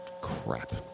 Crap